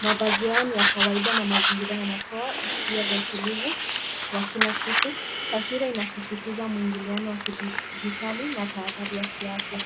Mavazi yao ni ya kawaida na mazingira yanatoa hisia za utulivu wa kila siku . Taswira inasisitiza mwingiliano wa kidijitali na tahadhari ya kiafya.